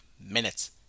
minutes